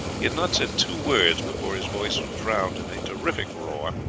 he had not said two words before his voice was drowned in a terrific roar,